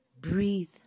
Breathe